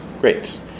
Great